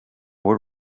were